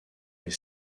les